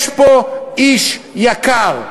יש פה איש יקר.